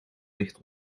licht